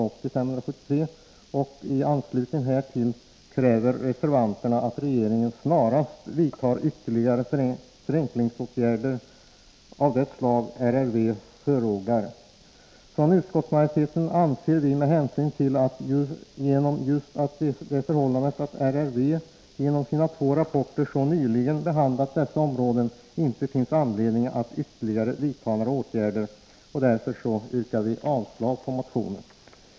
I anslutning härtill kräver reservanterna att regeringen snarast vidtar ytterligare förenklingsåtgärder av det slag RRV förordar. Från utskottsmajoriteten anser vi att det, med hänsyn till just det förhållandet att RRV genom sina två rapporter så nyligen behandlat dessa områden, inte finns anledning att ytterligare vidta några åtgärder. Vi yrkar därför avslag på motionen.